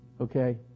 Okay